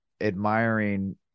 admiring